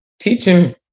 teaching